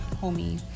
homey